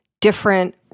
different